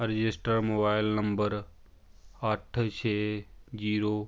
registered mobile number ਅੱਠ ਛੇ zero